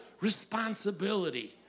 responsibility